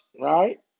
Right